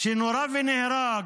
שנורה ונהרג,